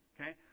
okay